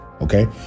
Okay